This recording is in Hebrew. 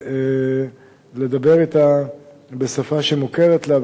לדבר אתה בשפה שמוכרת לה,